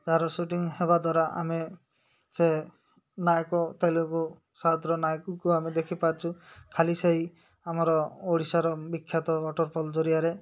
ଯାହାର ସୁଟିଂ ହେବା ଦ୍ୱାରା ଆମେ ସେ ନାୟକ ତେଲୁଗୁ ସାଦର ନାୟକକୁ ଆମେ ଦେଖିପାରୁଛୁ ଖାଲି ସେଇ ଆମର ଓଡ଼ିଶାର ବିଖ୍ୟାତ ୱାଟର୍ଫଲ୍ ଜରିଆରେ